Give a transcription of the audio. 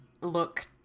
look